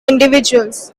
individuals